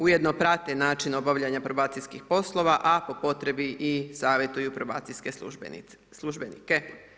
Ujedno prate način obavljanja probacijskih poslova a po potrebi i savjetuju probacijske službenike.